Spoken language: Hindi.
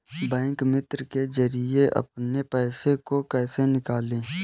बैंक मित्र के जरिए अपने पैसे को कैसे निकालें?